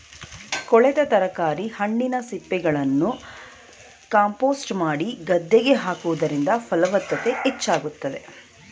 ಕೊಳೆತ ತರಕಾರಿ, ಹಣ್ಣಿನ ಸಿಪ್ಪೆಗಳನ್ನು ಕಾಂಪೋಸ್ಟ್ ಮಾಡಿ ಗದ್ದೆಗೆ ಹಾಕುವುದರಿಂದ ಫಲವತ್ತತೆ ಹೆಚ್ಚಾಗುತ್ತದೆ